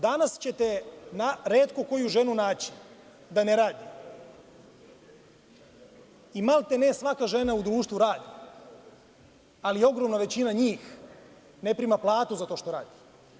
Danas ćete retko koju ženu naći da ne radi i maltene svaka žena u društvu radi, ali ogromna većina njih ne prima platu za to što radi.